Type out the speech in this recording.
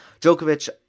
Djokovic